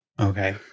Okay